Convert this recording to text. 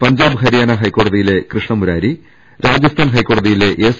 പഞ്ചാബ് ഹരിയാന ഹൈക്കോടതിയിലെ കൃഷ്ണ മുരാരി രാജസ്ഥാൻ ഹൈക്കോടതിയിലെ എസ്